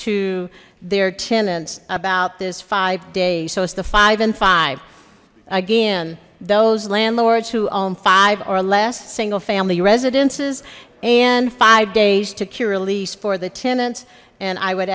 to their tenants about this five days so it's the five and five again those landlords who own five or less single family residences and five days to key release for the tenants and i would